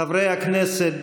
חברי הכנסת,